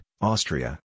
Austria